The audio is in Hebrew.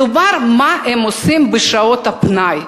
מדובר על מה שהם עושים בשעות הפנאי,